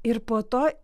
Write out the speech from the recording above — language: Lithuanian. ir po to